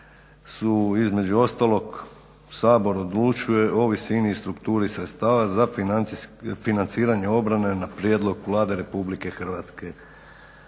između ostalog: "Sabor odlučuje o visini i strukturi sredstava za financiranje obrane na prijedlog Vlade RH." Stvarno